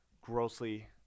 grossly